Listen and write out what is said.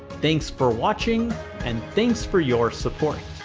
thanks for watching and thanks for your support